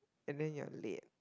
and then you're late